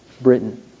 Britain